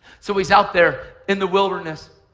so he's out there in the wilderness.